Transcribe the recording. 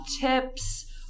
tips